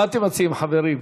מה אתם מציעים, חברים?